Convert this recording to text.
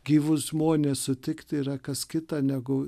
gyvus žmones sutikti yra kas kita negu